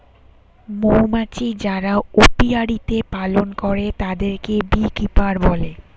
মৌমাছি যারা অপিয়ারীতে পালন করে তাদেরকে বী কিপার বলে